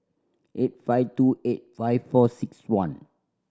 eight five two eight five four six one